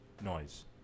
noise